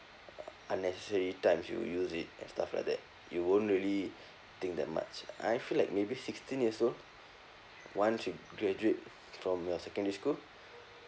unnecessary times you use it and stuff like that you won't really think that much I feel like maybe sixteen years old once you graduate from your secondary school